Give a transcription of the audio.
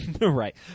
Right